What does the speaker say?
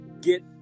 get